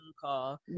call